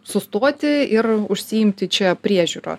sustoti ir užsiimti čia priežiūra